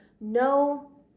no